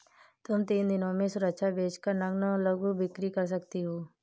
तुम तीन दिनों में सुरक्षा बेच कर नग्न लघु बिक्री कर सकती हो